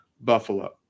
Buffalo